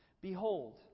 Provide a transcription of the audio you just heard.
behold